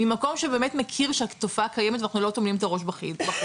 ממקום שבאמת מכיר שהתופעה קיימת ואנחנו לא שמים את הראש בחול,